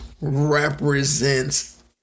represents